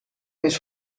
eens